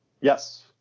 yes